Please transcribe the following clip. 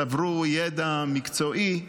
והם צברו ידע מקצועי,